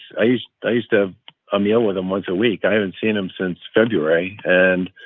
i used i used to have a meal with him once a week. i haven't seen him since february. and.